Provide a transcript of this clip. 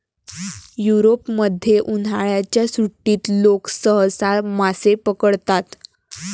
युरोपमध्ये, उन्हाळ्याच्या सुट्टीत लोक सहसा मासे पकडतात